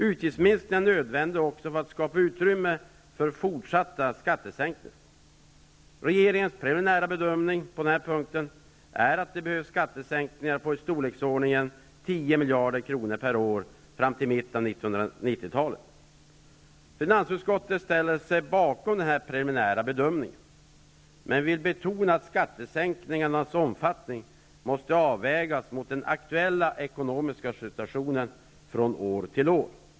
Utgiftsminskningar är nödvändiga också när det gäller att skapa utrymme för fortsatta skattesänkningar. Regeringens preliminära bedömning på den här punkten är att det behövs skattesänkningar om i storleksordningen talet. Finansutskottet ställer sig bakom denna preliminära bedömning men vill betona att skattesänkningarnas omfattning måste avvägas mot den aktuella ekonomiska situationen från år till år.